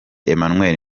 emmanuel